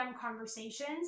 conversations